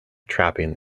trapping